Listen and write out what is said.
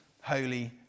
holy